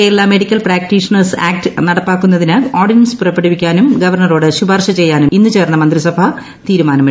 Kerala medical practitioners act നടപ്പാക്കുന്നതിന് ordinance പുറപ്പെടുവിക്കാനും ഗവർണറോട് ് ശുപാർശ ചെയ്യാനും ഇന്ന് ചേർന്ന മന്ത്രിസഭ തീരുമാനമെടുത്തു